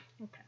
Okay